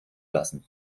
lassen